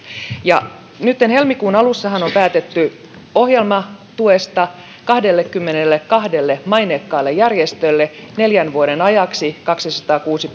nyt helmikuun alussahan on päätetty ohjelmatuesta kahdellekymmenellekahdelle maineikkaalle järjestölle neljän vuoden ajaksi kaksisataakuusi